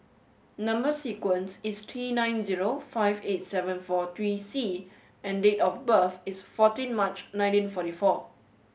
number sequence is T nine zero five eight seven four three C and date of birth is fourteen March nineteen forty four